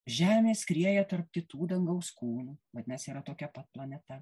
žemė skrieja tarp kitų dangaus kūnų vadinasi yra tokia pat planeta